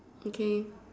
okay